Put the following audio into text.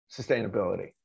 sustainability